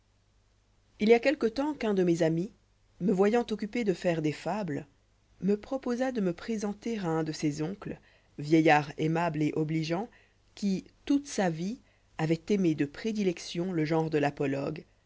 il y a quelque temps qu'un de mes amis me voyant occupé de faire des fables me proposa de me présenter à un de ses oncles vieillard aimable et obligeant qui toute sa vie avoit aimé de prédilection le genre de